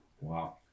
Wow